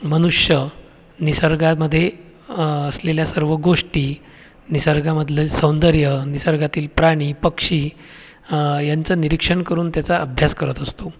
मनुष्य निसर्गामधे असलेल्या सर्व गोष्टी निसर्गामधलं सौंदर्य निसर्गातील प्राणी पक्षी यांचं निरीक्षण करून त्याचा अभ्यास करत असतो